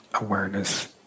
awareness